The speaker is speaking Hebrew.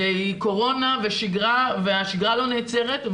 זה קורונה ושגרה והשגרה לא נעצרת.